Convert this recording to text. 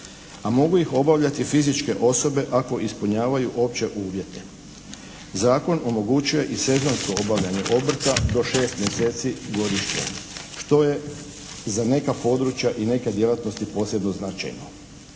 A mogu ih obavljati fizičke osobe ako ispunjavaju opće uvjete. Zakon omogućuje i sezonsko obavljanje obrta do šest mjeseci godišnje, što je za neka područja i neke djelatnosti posebno značajno.